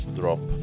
drop